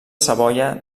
savoia